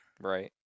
Right